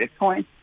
Bitcoin